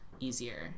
easier